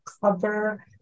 cover